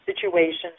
situations